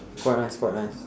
quite nice quite nice